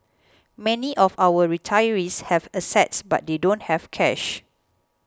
many of our retirees have assets but they don't have cash